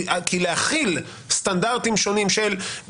כי להחיל סטנדרטים שונים של,